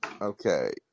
Okay